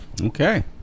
okay